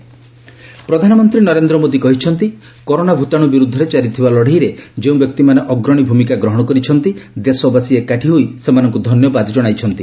PM thanks corona fight ପ୍ରଧାନମନ୍ତ୍ରୀ ନରେନ୍ଦ୍ରମୋଦି କହିଛନ୍ତି corona ଭତାଣୁ ବିର୍ଦ୍ଧରେ ଜାରିଥିବା ଲଡେଇରେ ଯେଉଁ ବ୍ୟକ୍ତିମାନେ ଅଗ୍ରଣୀ ଭୂମିକା ଗ୍ରହଣ କରିଛନ୍ତି ଦେଶବାସୀ ଏକାଠି ହୋଇ ସେମାନଙ୍କୁ ଧନ୍ୟବାଦ ଜଣାଇଛନ୍ତି